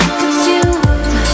consumed